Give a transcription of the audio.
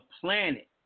planet